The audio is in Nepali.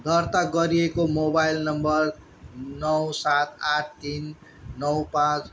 दर्ता गरिएको मोबाइल नम्बर नौ सात आठ तिन नौ पाँच